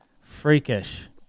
freakish